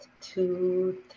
two